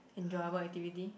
enjoyable activity